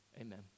Amen